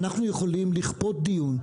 אנחנו יכולים לכפות דיון,